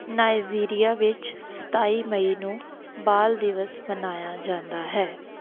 Nigeria ਵਿੱਚ ਸਤਾਈ ਮਈ ਨੂੰ ਬਾਲ ਦਿਵਸ ਮਨਾਇਆ ਜਾਂਦਾ ਹੈ